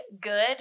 good